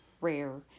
rare